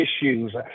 issues